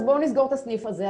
אז בואו נסגור את הסניף הזה.